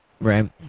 Right